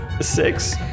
Six